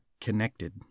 connected